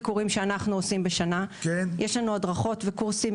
שאנחנו עושים בשנה; יש לנו הדרכות וקורסים,